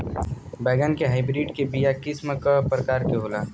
बैगन के हाइब्रिड के बीया किस्म क प्रकार के होला?